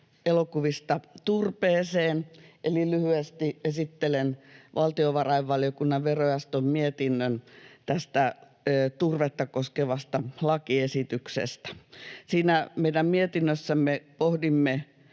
elokuvista turpeeseen, eli lyhyesti esittelen valtiovarainvaliokunnan verojaoston mietinnön tästä turvetta koskevasta lakiesityksestä. Meidän mietinnössämme pohdimme